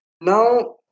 Now